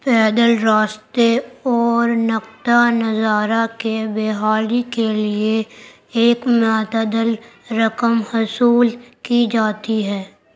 پیدل راستے اور نقطہ نظارہ کے بےحالی کے لیے ایک معتدل رقم حصول کی جاتی ہے